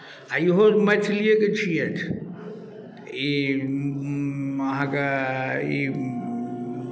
आ इहो मैथलिएके छियथि ई अहाँके ई